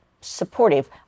supportive